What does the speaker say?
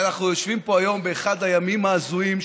אנחנו יושבים כאן היום באחד הימים ההזויים,